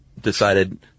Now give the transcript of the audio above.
decided